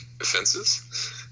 offenses